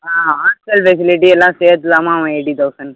ஆ hostel facility எல்லாம் சேர்த்துதாமா eighty thousand